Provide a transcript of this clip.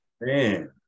man